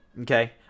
okay